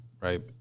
right